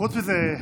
חוץ מזה,